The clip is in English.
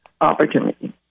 opportunity